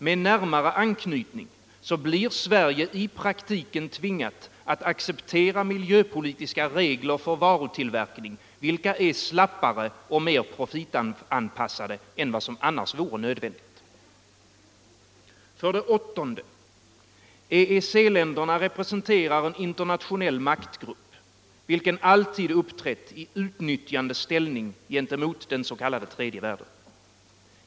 Med närmare an knytning blir Sverige i praktiken tvingat att acceptera miljöpolitiska regler för varutillverkning vilka är slappare och mer profitanpassade än vad som annars vore nödvändigt. 8. EEC-länderna representerar en internationell maktgrupp, vilken alltid uppträtt i utnyttjande ställning gentemot den s.k. tredje världen.